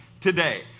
today